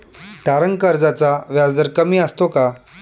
तारण कर्जाचा व्याजदर कमी असतो का?